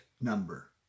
number